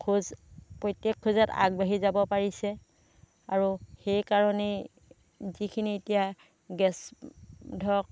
খোজ প্ৰত্যেক খোজত আগবাঢ়ি যাব পাৰিছে আৰু সেইকাৰণেই যিখিনি এতিয়া গেছ ধৰক